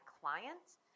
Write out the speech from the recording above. clients